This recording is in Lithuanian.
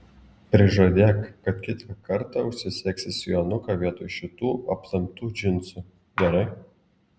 prižadėk kad kitą kartą užsisegsi sijonuką vietoj šitų aptemptų džinsų gerai